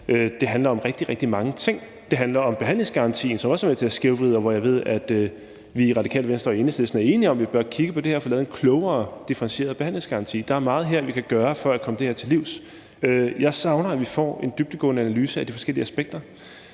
det handler om rigtig, rigtig mange ting. Det handler om behandlingsgarantien, som også er med til at skævvride, og hvor jeg ved, at vi i Radikale Venstre og Enhedslisten er enige om, at vi bør kigge på det her og få lavet en klogere, differentieret behandlingsgaranti. Der er meget her, vi kan gøre for at komme det her til livs. Jeg savner, at vi får en dybdegående analyse af de forskellige aspekter.